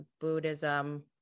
Buddhism